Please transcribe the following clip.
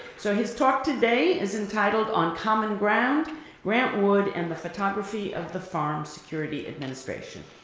so his talk today is entitled, on common ground grant wood and the photography of the farm security administration.